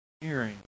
hearing